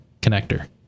connector